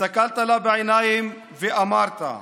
הסתכלת לה בעיניים ואמרת: